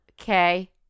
Okay